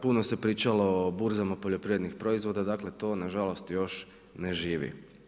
Puno se pričalo o burzama poljoprivrednih proizvoda, dakle to nažalost još ne živi.